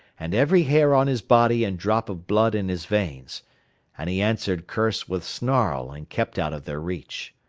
and every hair on his body and drop of blood in his veins and he answered curse with snarl and kept out of their reach.